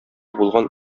булган